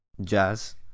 jazz